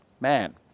man